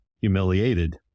humiliated